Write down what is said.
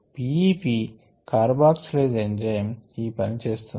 P E P carboxylase enzyme ఈ పని చేస్తోంది